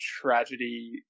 tragedy